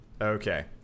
Okay